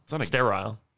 sterile